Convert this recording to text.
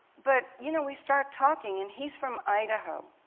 but you know we start talking, and he's from idaho.